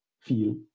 feel